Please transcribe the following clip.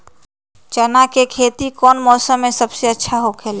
चाना के खेती कौन मौसम में सबसे अच्छा होखेला?